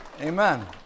Amen